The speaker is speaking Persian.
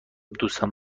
دوستم